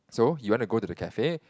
so you want to go the cafe